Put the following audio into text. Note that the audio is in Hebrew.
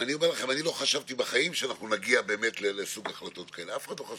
שכבר נתן חלק מהמתווה,